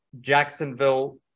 Jacksonville